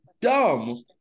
dumb